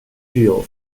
具有